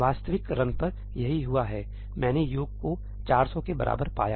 वास्तविक रन पर यही हुआ है मैंने योग को 400 के बराबर पाया